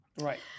right